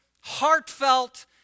heartfelt